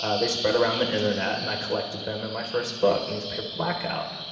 ah they spread around the internet and i collected them in my first book newspaper blackout.